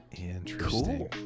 interesting